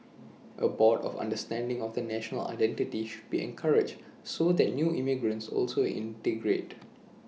A broad understanding of the national identity should be encouraged so that new emigrants also integrate